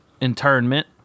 internment